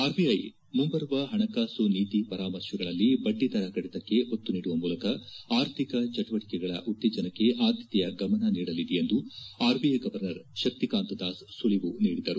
RBI ಮುಂಬರುವ ಹಣಕಾಸು ನೀತಿ ಪರಾಮರ್ತೆಗಳಲ್ಲಿ ಬಡ್ಡಿ ದರ ಕಡಿತಕ್ಕೆ ಒತ್ತು ನೀಡುವ ಮೂಲಕ ಆರ್ಥಿಕ ಚಟುವಟಕೆಗಳ ಉತ್ತೇಜನಕ್ಕೆ ಆದ್ಯತೆಯ ಗಮನ ನೀಡಲಿದೆ ಎಂದು ಆರ್ಬಿಐ ಗವರ್ನರ್ ಶಕ್ತಿಕಾಂತ್ ದಾಸ್ ಸುಳವು ನೀಡಿದರು